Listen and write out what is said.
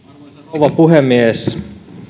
rouva puhemies